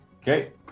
Okay